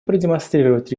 продемонстрировать